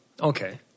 Okay